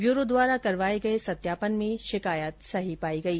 bureau द्वारा करवाए गए सत्यापन में शिकायत सही पाई गई